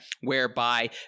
whereby